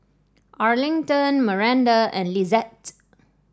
Arlington Maranda and Lizette